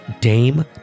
dame